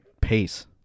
pace